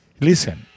listen